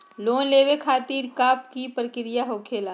Loan लेवे खातिर का का प्रक्रिया होखेला?